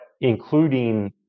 including